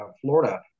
Florida